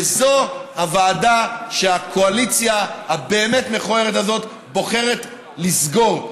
וזו הוועדה שהקואליציה הבאמת-מכוערת הזאת בוחרת לסגור.